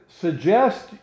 suggest